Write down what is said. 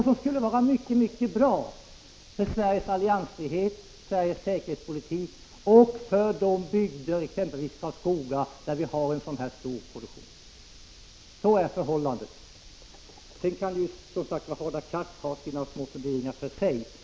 Det skulle vara mycket bra för Sveriges alliansfrihet, för Sveriges säkerhetspolitik och för de bygder där man har stor militär produktion, exempelvis Karlskogaområdet. Så är förhållandet. Sedan kan Hadar Cars ha sina små funderingar för sig.